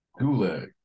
gulag